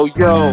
yo